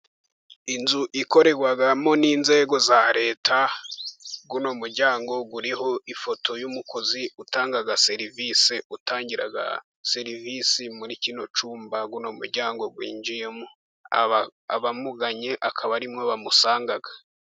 Inzu ikorerwamo n'inzego za Leta. Uno muryango uriho ifoto y'umukozi utanga serivisi, utangira serivisi muri kino cyumba. Uno muryango winjiyemo abamuganye akaba ariho bamusanga.